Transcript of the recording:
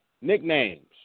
nicknames